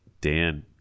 Dan